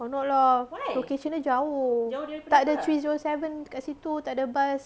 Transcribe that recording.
tak nak lah location dia jauh tak ada three zero seven dekat situ takde bus